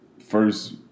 first